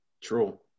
True